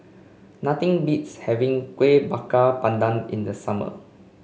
nothing beats having Kuih Bakar Pandan in the summer